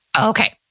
Okay